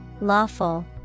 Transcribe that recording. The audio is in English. Lawful